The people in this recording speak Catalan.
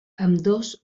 ambdós